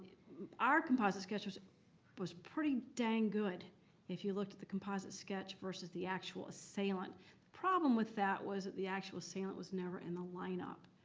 our composite sketch was was pretty dang good if you looked at the composite sketch versus the actual assailant. the problem with that was that the actual assailant was never in the lineup.